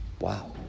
Wow